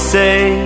say